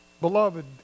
Beloved